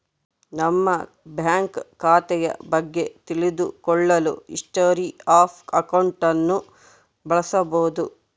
ನಮ್ಮ ಬ್ಯಾಂಕ್ ಖಾತೆಯ ಬಗ್ಗೆ ತಿಳಿದು ಕೊಳ್ಳಲು ಹಿಸ್ಟೊರಿ ಆಫ್ ಅಕೌಂಟ್ ಅನ್ನು ಬಳಸಬೋದು